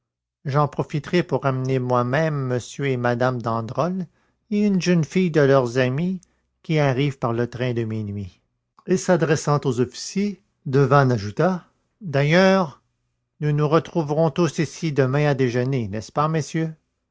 j'en profiterai pour ramener moi-même m et mme d'androl et une jeune fille de leurs amis qui arrivent par le train de minuit et s'adressant aux officiers devanne ajouta d'ailleurs nous nous retrouverons tous ici demain à déjeuner n'est-ce pas messieurs